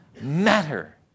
matter